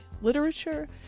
literature